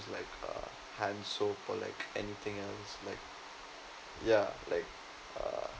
like uh hand soap or like anything else like ya like uh